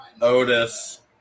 Otis